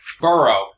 burrow